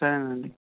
సరేనండి